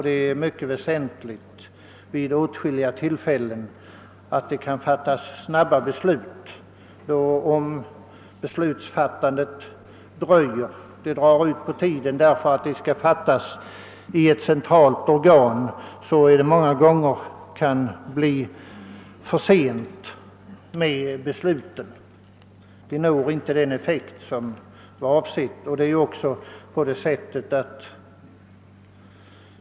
Det är vid åtskilliga tillfällen mycket väsentligt att snabba beslut kan fattas. Om besluten dröjer därför att de skall fattas i ett centralt organ kan de många gånger komma för sent. På detta sätt når vi inte den avsedda effekten.